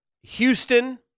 Houston